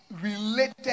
related